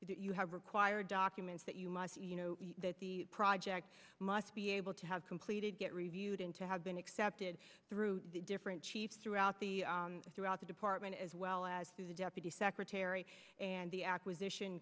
you have required documents that you must you know that the project must be able to have completed get reviewed and to have been accepted through the different chiefs throughout the throughout the department as well as through the deputy secretary and the acquisition